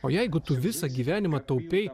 o jeigu tu visą gyvenimą taupei